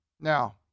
Now